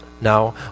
now